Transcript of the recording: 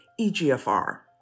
EGFR